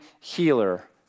healer